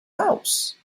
house